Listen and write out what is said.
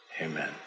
amen